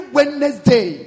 Wednesday